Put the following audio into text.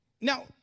Now